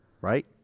Right